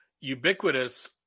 ubiquitous